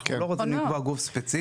אנחנו לא רוצים לקבוע גוף ספציפי.